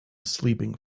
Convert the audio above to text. sleeping